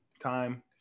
time